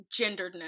genderedness